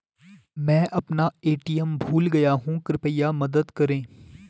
मैं अपना ए.टी.एम भूल गया हूँ, कृपया मदद करें